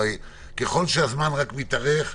ככל שהזמן מתארך,